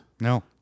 No